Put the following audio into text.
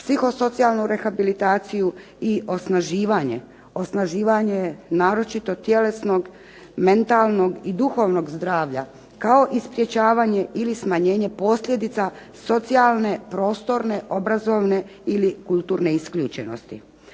psihosocijalnu rehabilitaciju i osnaživanje naročito tjelesnog, mentalnog i duhovnog zdravlja kao i sprečavanje ili smanjenje posljedica socijalne, prostorne, obrazovne ili kulturne isključenosti.